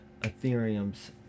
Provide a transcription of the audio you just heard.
Ethereum's